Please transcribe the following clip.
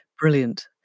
Brilliant